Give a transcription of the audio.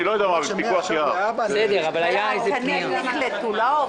אני לא יודע --- תקנים נקלטו, לא העובדים.